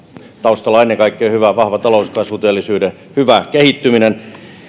taustalla on ennen kaikkea hyvä vahva talouskasvu työllisyyden hyvä kehittyminen me